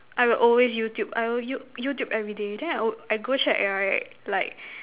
I will always YouTube I will YouTube everyday then I I go check right like